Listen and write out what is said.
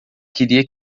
queria